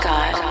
God